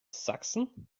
sachsen